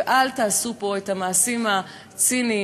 ואל תעשו פה את המעשים הציניים,